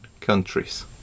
countries